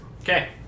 Okay